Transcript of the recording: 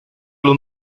los